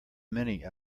many